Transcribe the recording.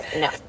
no